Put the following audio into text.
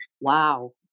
wow